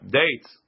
dates